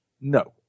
No